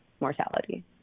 mortality